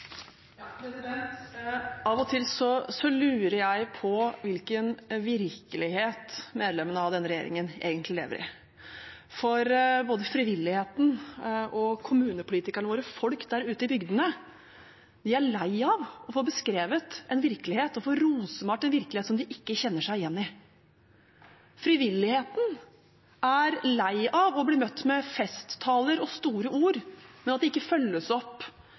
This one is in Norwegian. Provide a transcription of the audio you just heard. Av og til lurer jeg på hvilken virkelighet medlemmene av denne regjeringen egentlig lever i, for både frivilligheten, kommunepolitikerne våre og folk der ute i bygdene er lei av å få beskrevet og rosemalt en virkelighet de ikke kjenner seg igjen i. Frivilligheten er lei av å bli møtt med festtaler og store ord som ikke følges opp